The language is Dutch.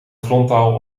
frontaal